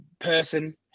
person